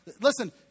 Listen